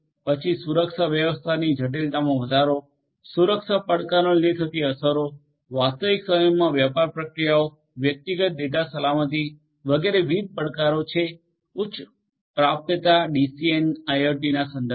પછી સુરક્ષા વ્યવસ્થાપનની જટિલતામાં વધારો સુરક્ષા પડકારોને લીધે થતી અસરો વાસ્તવિક સમયમાં વેપાર પ્રક્રિયાઓ વ્યક્તિગત ડેટા સલામતી વગેરે વિવિધ પડકારો છે ઉચ્ચ પ્રાપ્યતા ડીસીએનના આઇઆઇઓટીના સંદર્ભમાં